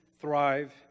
thrive